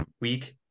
Week